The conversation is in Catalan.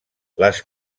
les